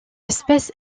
espèce